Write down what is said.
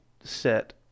set